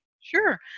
Sure